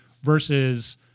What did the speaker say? versus